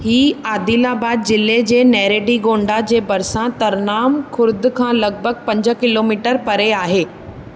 इहा अदिलाबाद ज़िले जे नेरादीगोंडा जे भरिसां तरनाम खुर्द खां लॻभॻि पंज किलोमीटर परे आहे